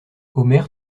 omer